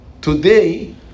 today